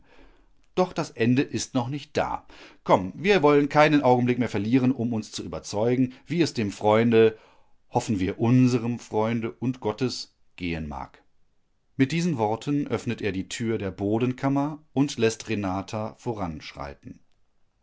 doch das ende ist noch nicht da komm wir wollen keinen augenblick mehr verlieren um uns zu überzeugen wie es dem freunde hoffen wir unserem freunde und gottes gehen mag mit diesen worten öffnet er die tür der bodenkammer und läßt renata voranschreiten